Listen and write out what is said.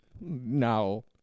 no